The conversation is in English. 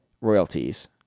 royalties